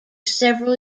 several